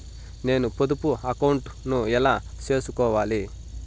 నేను పొదుపు అకౌంటు ను ఎలా సేసుకోవాలి?